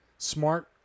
Smart